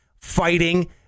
fighting